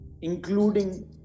including